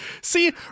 See